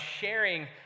sharing